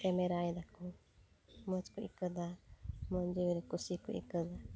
ᱠᱮᱢᱮᱨᱟᱭ ᱫᱟᱠᱚ ᱢᱚᱡᱽᱠᱚ ᱟᱹᱭᱠᱟᱹᱣᱫᱟ ᱠᱩᱥᱤᱠᱚ ᱟᱹᱭᱠᱟᱹᱣᱫᱟ